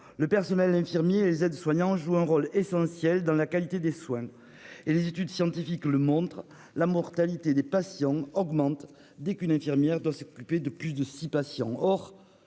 le savons, les infirmiers et les aides-soignants jouent un rôle essentiel dans la qualité des soins. Les études scientifiques le montrent : la mortalité des patients augmente dès qu'une infirmière doit s'occuper de plus de six patients.